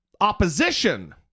opposition